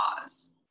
cause